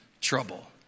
trouble